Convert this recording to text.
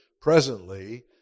presently